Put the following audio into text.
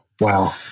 wow